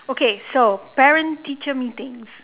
okay so parent teacher meetings